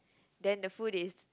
then the food is